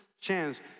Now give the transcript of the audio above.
chance